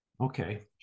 Okay